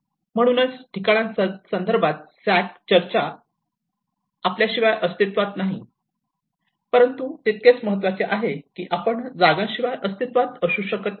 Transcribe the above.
म्हणूनच ठिकाणांबद्दल सॅक चर्चा आपल्याशिवाय अस्तित्त्वात नाही परंतु तितकेच महत्त्वाचे आहे की आपण जागांशिवाय अस्तित्वात असू शकत नाही